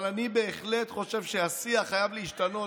אבל אני בהחלט חושב שהשיח חייב להשתנות.